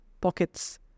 pockets